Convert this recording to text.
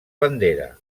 bandera